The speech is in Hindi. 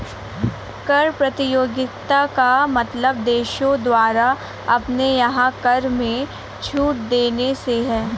कर प्रतियोगिता का मतलब देशों द्वारा अपने यहाँ कर में छूट देने से है